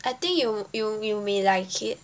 I think you you you may like it